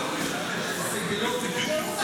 שלוש דקות.